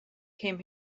came